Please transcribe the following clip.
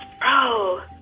bro